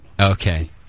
Okay